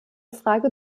frage